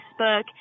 Facebook